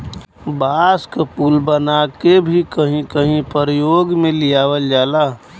बांस क पुल बनाके भी कहीं कहीं परयोग में लियावल जाला